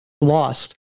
Lost